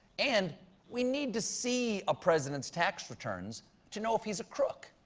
and we need to see a president's tax returns to know if he's a crook.